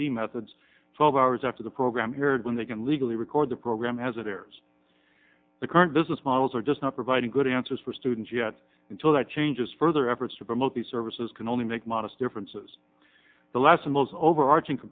the methods twelve hours after the programme heard when they can legally record the programme has it there's the current business models are just not providing good answers for students yet until that changes further efforts to promote the services can only make modest differences the last and most overarching